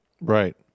Right